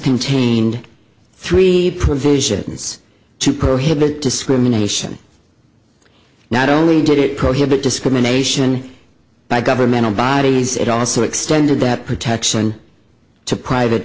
contained three provisions to prohibit discrimination not only did it prohibit discrimination by governmental bodies it also extended that protection to private